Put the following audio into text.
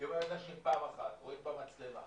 שברגע שפעם אחת רואים במצלמה